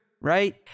right